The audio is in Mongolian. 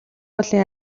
уулын